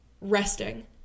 resting